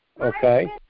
okay